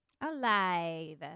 alive